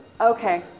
Okay